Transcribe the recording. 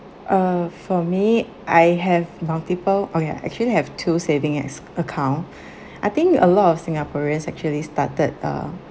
uh for me I have multiple oh ya actually have two savings s~ account I think a lot of singaporeans actually started uh